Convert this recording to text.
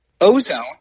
Ozone